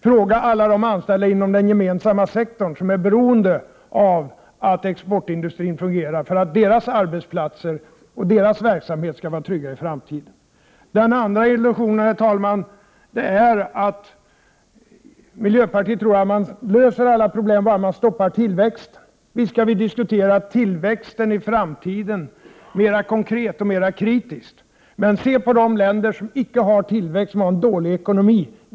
Fråga alla anställda inom den gemensamma sektorn, som är beroende av att exportindustrin fungerar för att deras arbetsplatser och deras verksamhet skall vara trygga i framtiden, vad de anser! Den andra illusionen är att miljöpartiet tror att man löser alla problem bara genom att stoppa tillväxten. Visst kan vi diskutera tillväxten i framtiden mera konkret och mera kritiskt. Men se på de länder som icke har tillväxt och har dålig ekonomi!